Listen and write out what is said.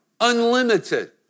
unlimited